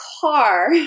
car